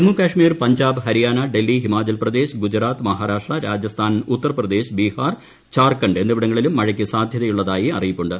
ജമ്മുകാശ്മീർ പഞ്ചാബ് ഹരിയാന ഡൽഹി ഹിമാചൽപ്രദേശ് ഗുജറാത്ത് മഹാരാഷ്ട്ര രാജസ്ഥാൻ ഉത്തർപ്രദേശ് ബീഹാർ ഝാർഖണ്ഡ് എന്നിവിടങ്ങളിലും മഴയ്ക്ക് സാധ്യതയുള്ളതായി അറിയിപ്പുണ്ട്